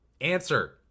Answer